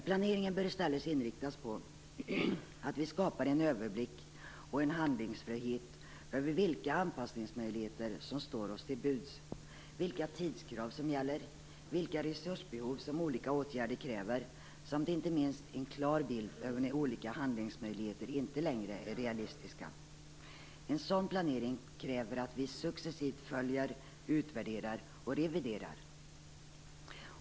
Planeringen bör i stället inriktas på att skapa en överblick och en handlingsfrihet när det gäller vilka anpassningsmöjligheter som står oss till buds, vilka tidskrav som gäller, vilka resursbehov olika åtgärder kräver samt, inte minst, att få en klar bild av när olika handlingsmöjligheter inte längre är realistiska. En sådan planering kräver att vi successivt följer, utvärderar och reviderar.